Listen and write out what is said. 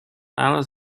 else